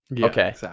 Okay